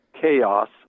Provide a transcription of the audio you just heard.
Chaos